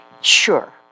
Sure